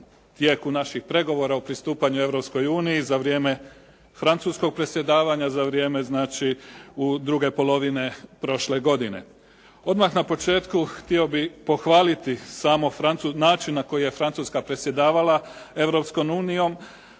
naših pregovora u pristupanju Europskoj uniji za vrijeme francuskog predsjedavanja, za vrijeme znači druge polovine prošle godine. Odmah na početku htio bih pohvaliti način na koji je Francuska predsjedavala